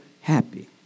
happy